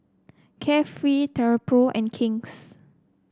Carefree Travelpro and King's